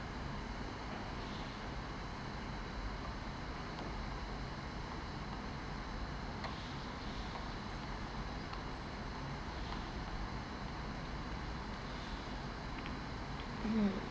mmhmm